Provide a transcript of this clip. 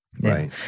Right